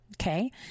Okay